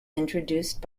introduced